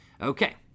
Okay